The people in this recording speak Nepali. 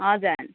हजुर